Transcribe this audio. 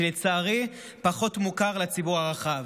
שלצערי פחות מוכר לציבור הרחב: